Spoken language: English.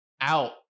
out